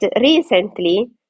recently